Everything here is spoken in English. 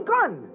gun